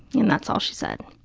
and that's all she said.